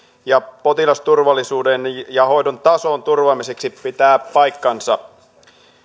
ja potilasturvallisuuden ja hoidon tason turvaamiseksi pitää paikkansa